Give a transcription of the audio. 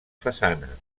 façanes